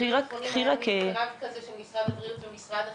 אתמול היה מין מפגש של משרד הבריאות ומשרד החינוך,